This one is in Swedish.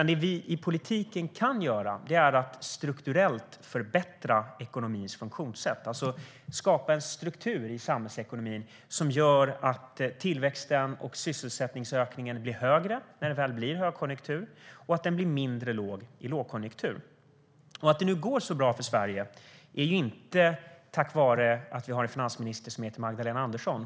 Det vi i politiken kan göra är att strukturellt förbättra ekonomins funktionssätt, alltså skapa en struktur i samhällsekonomin som gör att tillväxten och sysselsättningen blir högre när det väl blir högkonjunktur och att de blir mindre låga när det är lågkonjunktur. Att det nu går så bra för Sverige är inte tack vare att vi har en finansminister som heter Magdalena Andersson.